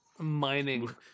Mining